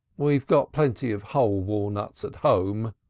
we've got plenty of whole walnuts at home,